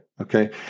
Okay